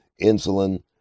insulin